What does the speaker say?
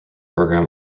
program